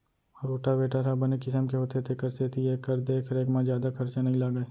rotavator ह बने किसम के होथे तेकर सेती एकर देख रेख म जादा खरचा नइ लागय